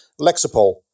Lexapol